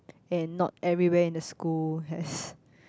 and not everywhere in the school has